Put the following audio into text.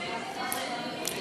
נסתפק בזה שהדיונים יהיו עניינים.